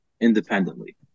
independently